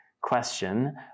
question